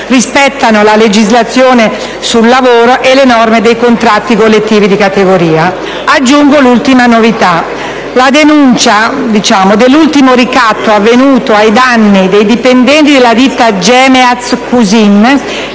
rispettino la legislazione sul lavoro e le norme dei contratti collettivi di categoria. Aggiungo un'ultima novità, cioè la denuncia dell'ultimo ricatto avvenuto ai danni dei dipendenti della ditta Gemeaz Cusin,